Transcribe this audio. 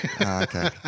Okay